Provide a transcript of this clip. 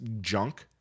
junk